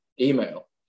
email